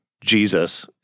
Jesus